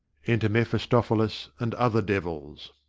enter mephistophilis, and other devils.